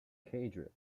cadre